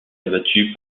abattu